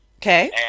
Okay